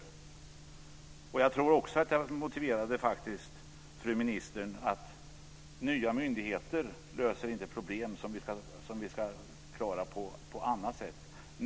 Jag tror också att jag motiverade för fru ministern att nya myndigheter inte löser problem som vi ska klara av på annat sätt.